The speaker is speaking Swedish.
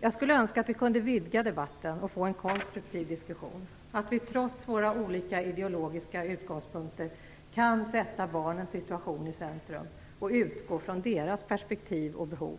Jag skulle önska att vi kunde vidga debatten och få en konstruktiv diskussion och att vi trots våra olika ideologiska utgångspunkter kan sätta barnens situation i centrum och utgå från deras perspektiv och behov.